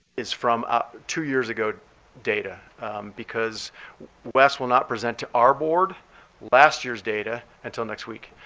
is from ah two years ago data because wes will not present to our board last year's data until next week.